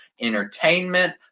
entertainment